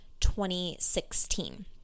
2016